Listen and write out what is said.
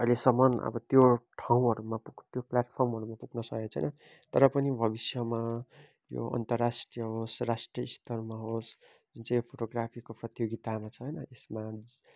अहिलेसमन अब त्यो ठाउँहरूमा पुग त्यो प्लेटफर्महरूमा पुग्नसकेको छैन तर पनि भविष्यमा यो अन्तराष्ट्रिय होस् राष्ट्रिय स्तरमा होस् जुन चाहिँ यो फोटोग्राफीको प्रतियोगितामा छ हैन यसमा